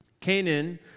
Canaan